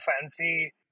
fancy